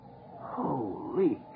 Holy